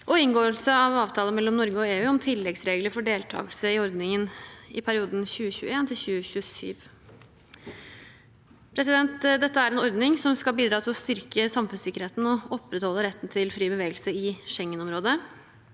og inngåelse av avtale mellom Norge og EU om tilleggsregler for deltakelse i ordningen i perioden 2021–2027. Dette er en ordning som skal bidra til å styrke samfunnssikkerheten og opprettholde retten til fri bevegelse i Schengen-området.